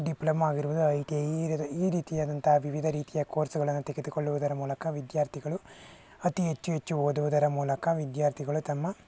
diploma ಆಗಿರ್ಬೋದು I T I ಈ ರೀತಿ ರೀತಿಯಾದಂಥ ವಿವಿಧ ರೀತಿಯ ಕೋರ್ಸುಗಳನ್ನು ತೆಗೆದುಕೊಳ್ಳುವುದರ ಮೂಲಕ ವಿದ್ಯಾರ್ಥಿಗಳು ಅತಿ ಹೆಚ್ಚು ಹೆಚ್ಚು ಓದುವುದರ ಮೂಲಕ ವಿದ್ಯಾರ್ಥಿಗಳು ತಮ್ಮ